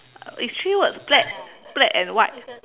it's three words black black and white